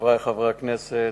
חברי חברי הכנסת,